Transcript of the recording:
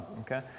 Okay